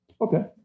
Okay